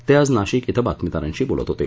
ते आज नाशिक श्व बातमीदारांशी बोलत होते